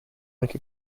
like